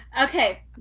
Okay